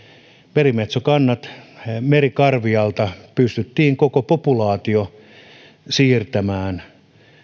merikarvialta pystyttiin koko merimetsopopulaatio siirtämään